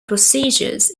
procedures